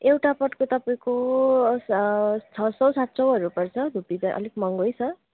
एउटा पटको तपाईँको छ सय सात सयहरू पर्छ धुप्पी त अलिक महँगै छ